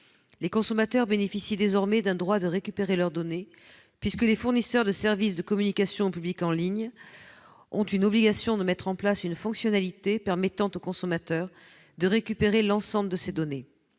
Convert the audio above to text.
Les consommateurs bénéficient désormais d'un droit de récupérer leurs données, puisque les fournisseurs de services de communication au public en ligne ont une obligation de mettre en place une fonctionnalité permettant au consommateur de récupérer " l'ensemble de ses données